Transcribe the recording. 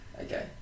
Okay